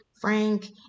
Frank